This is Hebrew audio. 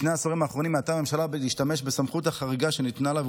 בשני העשורים האחרונים מיעטה הממשלה להשתמש בסמכות החריגה שניתנה לה.